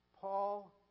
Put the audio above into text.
Paul